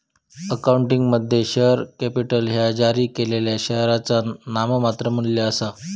अकाउंटिंगमध्ये, share capital ह्या जारी केलेल्या शेअरचा नाममात्र मू्ल्य आसा